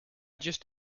just